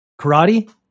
Karate